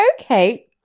okay